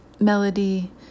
melody